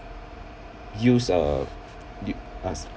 use a